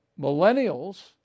millennials